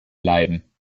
bleiben